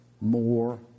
more